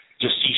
deceased